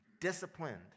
disciplined